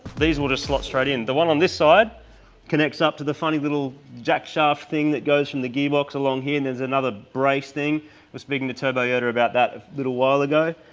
these will just slot straight in the one on this side connects up to the funny little jack shaft thing that goes from the gearbox along here and there's another brace thing that was speaking to turbo yoda about that a little while ago.